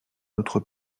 notre